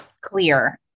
Clear